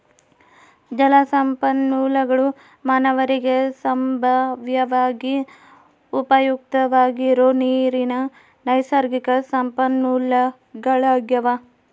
ಜಲಸಂಪನ್ಮೂಲಗುಳು ಮಾನವರಿಗೆ ಸಂಭಾವ್ಯವಾಗಿ ಉಪಯುಕ್ತವಾಗಿರೋ ನೀರಿನ ನೈಸರ್ಗಿಕ ಸಂಪನ್ಮೂಲಗಳಾಗ್ಯವ